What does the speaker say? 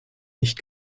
nicht